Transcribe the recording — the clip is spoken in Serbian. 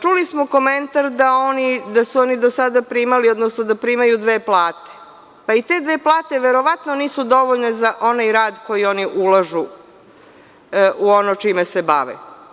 Čuli smo komentar da su oni do sada primali, odnosno da primaju dve plate, pa i te dve plate verovatno nisu dovoljne za onaj rad koji oni ulažu u ono čime se bave.